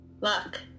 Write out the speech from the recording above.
Luck